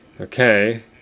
okay